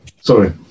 Sorry